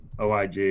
OIG